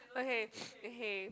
okay okay